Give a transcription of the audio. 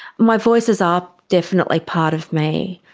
my voices are definitely part of me,